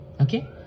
Okay